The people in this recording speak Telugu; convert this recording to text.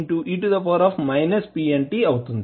kne pntఅవుతుంది